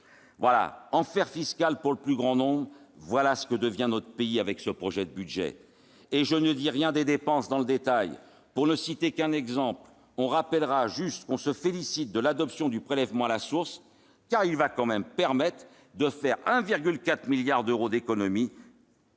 Enfer fiscal pour le plus grand nombre : voilà ce que devient notre pays avec ce projet de budget ! Et je ne dis rien des dépenses dans le détail. Pour ne citer qu'un exemple, on rappellera que l'on se félicite de l'adoption du prélèvement à la source, car il permettra de réaliser 1,4 milliard d'euros d'économies